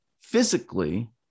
physically